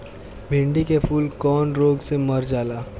भिन्डी के फूल कौने रोग से मर जाला?